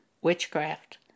witchcraft